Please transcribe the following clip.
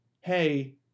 hey